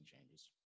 changes